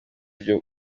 byo